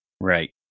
Right